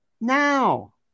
Now